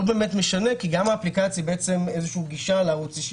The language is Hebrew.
ממש משנה כי גם האפליקציה היא איזו שהיא גישה לערוץ אישי,